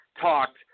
talked